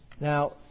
Now